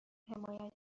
حمایت